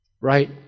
right